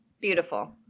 Beautiful